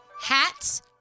Hats